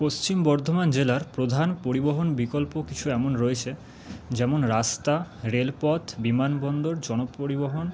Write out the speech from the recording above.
পশ্চিম বর্ধমান জেলার প্রধান পরিবহন বিকল্প কিছু এমন রয়েছে যেমন রাস্তা রেলপথ বিমানবন্দর জন পরিবহন